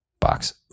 box